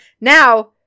Now